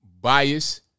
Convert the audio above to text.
bias